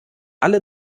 alle